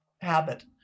habit